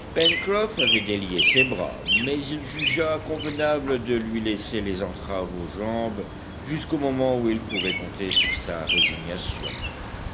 avait délié ses bras mais il jugea convenable de lui laisser les entraves aux jambes jusqu'au moment où il pourrait compter sur sa résignation